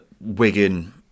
Wigan